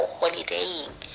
holidaying